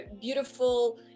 beautiful